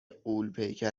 غولپیکر